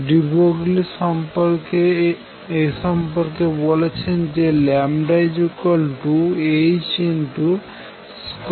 D Broglie সম্পর্ক বলেছেন যে λh1 v2c2